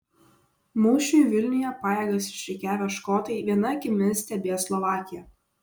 mūšiui vilniuje pajėgas išrikiavę škotai viena akimi stebės slovakiją